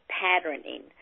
patterning